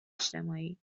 اجتماعی